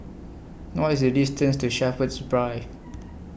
What IS The distance to Shepherds Drive